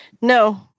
No